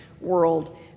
world